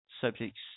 subjects